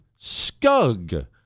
scug